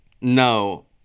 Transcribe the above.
No